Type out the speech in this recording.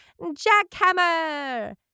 jackhammer